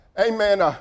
amen